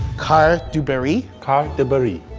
carre du berry? carre du berry.